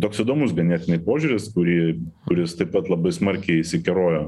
toks įdomus ganėtinai požiūris kurį kuris taip pat labai smarkiai įsikerojo